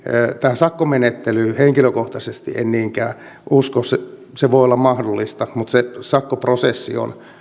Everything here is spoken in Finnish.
tähän sakkomenettelyyn henkilökohtaisesti en niinkään usko se se voi olla mahdollista mutta se sakkoprosessi on